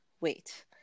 wait